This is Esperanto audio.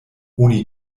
oni